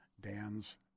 Dan's